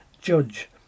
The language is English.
judge